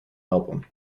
album